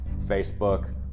facebook